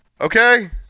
Okay